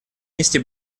нести